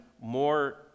more